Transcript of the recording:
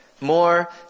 more